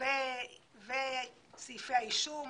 וסעיפי האישום,